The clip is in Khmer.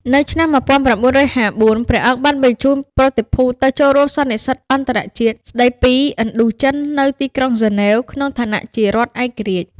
នៅឆ្នាំ១៩៥៤ ព្រះអង្គបានបញ្ជូនប្រតិភូទៅចូលរួមសន្និសីទអន្តរជាតិស្ដីពីឥណ្ឌូចិននៅទីក្រុងហ្សឺណែវ ក្នុងឋានៈជារដ្ឋឯករាជ្យ។